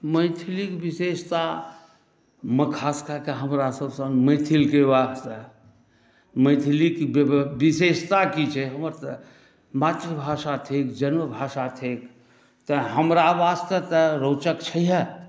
मैथिलीक विशेषता खास कए कऽ हमरासभ सन मैथिलके वास्ते मैथिलीके विशेषता की छै हमर तऽ मातृभाषा थिक जन्मभाषा थिक तेँ हमरा वास्ते तऽ रोचक छैहे